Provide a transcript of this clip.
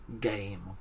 game